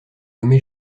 nommé